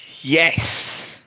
Yes